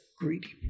greedy